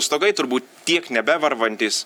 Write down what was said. stogai turbūt tiek nebevarvantys